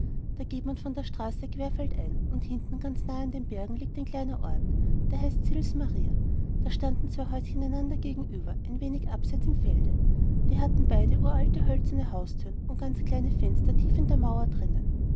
da geht man von der straße querfeldein und hinten ganz nahe an den bergen liegt ein kleiner ort der heißt sils maria da standen zwei häuschen einander gegenüber ein wenig abseits im felde die hatten beide uralte hölzerne haustüren und ganz kleine fenster tief in der mauer drinnen